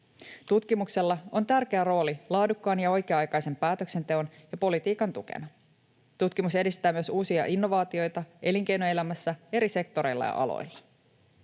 Tutkimuksella on tärkeä rooli laadukkaan ja oikea-aikaisen päätöksenteon ja politiikan tukena. Tutkimus edistää myös uusia innovaatioita elinkeinoelämässä eri sektoreilla ja aloilla.